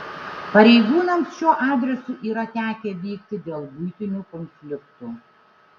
pareigūnams šiuo adresu yra tekę vykti dėl buitinių konfliktų